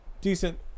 decent